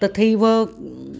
तथैव